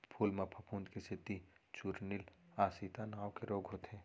फूल म फफूंद के सेती चूर्निल आसिता नांव के रोग होथे